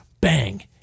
Bang